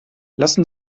lassen